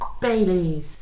Bailey's